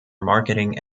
marketing